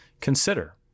consider